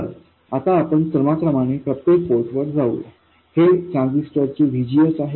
तर आता आपण क्रमाक्रमाने प्रत्येक पोर्ट वर जाऊया हे ट्रान्झिस्टर चे VGSआहे